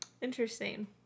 Interesting